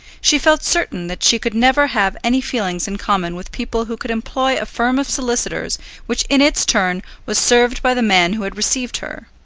she felt certain that she could never have any feelings in common with people who could employ a firm of solicitors which in its turn was served by the man who had received her.